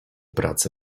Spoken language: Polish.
pracy